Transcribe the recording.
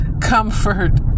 comfort